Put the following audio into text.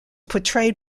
portrayed